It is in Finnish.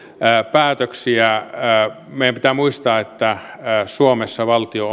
päätöksiä meidän pitää muistaa että suomessa valtio